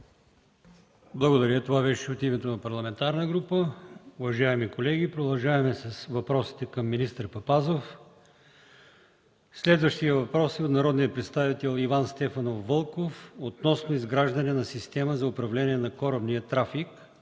Благодаря. Това беше от името на парламентарна група. Уважаеми колеги, продължаваме с въпросите към министър Папазов. Следващият въпрос е от народния представител Иван Стефанов Вълков относно изграждане на система за управление на корабния трафик.